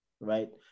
right